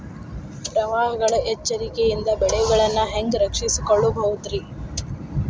ಪ್ರವಾಹಗಳ ಎಚ್ಚರಿಕೆಯಿಂದ ಬೆಳೆಗಳನ್ನ ಹ್ಯಾಂಗ ರಕ್ಷಿಸಿಕೊಳ್ಳಬಹುದುರೇ?